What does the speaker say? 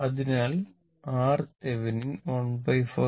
അതിനാൽ RThevenin 14 kg Ω